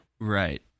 Right